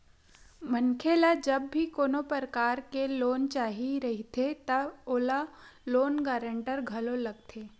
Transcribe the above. मनखे ल जब भी कोनो परकार के लोन चाही रहिथे त ओला लोन गांरटर घलो लगथे